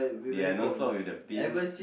they are non-stop with the Bin